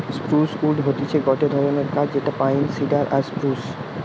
spruce wood হতিছে গটে ধরণের কাঠ যেটা পাইন, সিডার আর স্প্রুস